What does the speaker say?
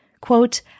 Quote